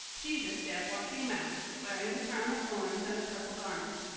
jesus therefore came out, wearing the crown of thorns and the purple garment.